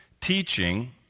teaching